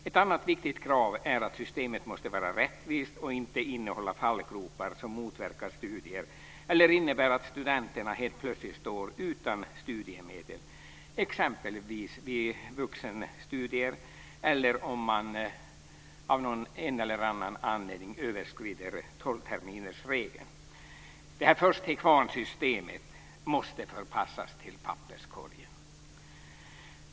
Ett annat viktigt krav är att systemet måste vara rättvist och inte innehålla fallgropar som motverkar studier eller innebär att studenterna helt plötsligt står utan studiemedel, exempelvis i vuxenstudier eller om de av en eller annan anledning överskrider tolvterminersregeln. Först-till-kvarn-systemet måste förpassas till papperskorgen.